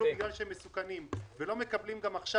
בגלל שהם מסוכנים ולא מקבלים גם עכשיו,